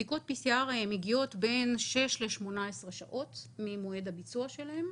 בדיקות PCR מגיעות בין 6 ל-18 שעות ממועד הביצוע שלהן.